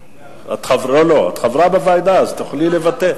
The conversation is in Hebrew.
את חברה בוועדה, אז תוכלי לבטא.